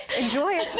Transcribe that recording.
enjoy it.